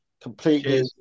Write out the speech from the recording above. completely